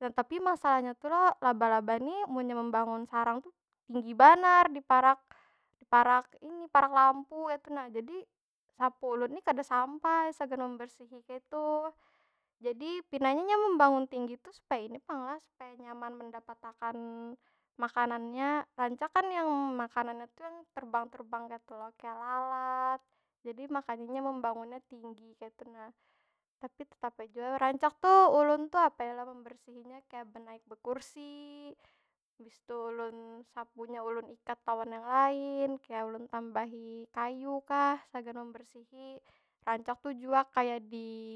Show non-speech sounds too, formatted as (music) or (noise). Nah, tapi masalahnya tu lo, laba- laba ni munnya membangun sarang tu tinggi banar di parak (hesitation) parak ini, parak lampu kaytu nah. Jadi, sapu ulun ni kada sampai sagan membersihi kaytu. Jadi pinanya inya membangun tinggi tuh supaya ini pang lah, supaya nyaman mendapat akan, makannya. Rancak kan yang makanannya tu yang terbang- terbang kaytu lo? Kaya lalat. Jadi makanya inya membangunnya tinggi kaytu nah. Tapi tetap ai jua, rancak tu ulun tu, apa yo lah? Membersihinya kaya benaik bekursi, habis tu ulun sapunya, ulun ikat lawan yang lain. Kaya ulun tambahi kayu kah, sagan membersihi. Rancak tu jua kaya di.